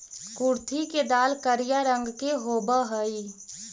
कुर्थी के दाल करिया रंग के होब हई